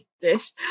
dish